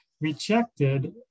rejected